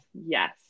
Yes